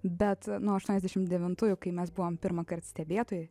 bet nuo aštuoniasdešimt devintųjų kai mes buvom pirmąkart stebėtojai